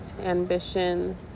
ambition